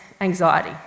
anxiety